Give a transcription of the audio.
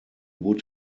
would